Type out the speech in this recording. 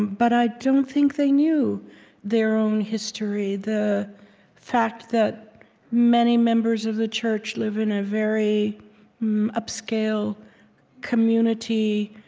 but i don't think they knew their own history the fact that many members of the church live in a very upscale community,